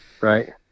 Right